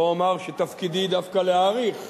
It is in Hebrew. לא אומר שתפקידי דווקא להאריך,